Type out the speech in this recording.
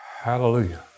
Hallelujah